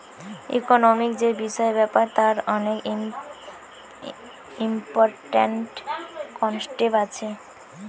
economic যে বিষয় ব্যাপার তার অনেক ইম্পরট্যান্ট কনসেপ্ট আছে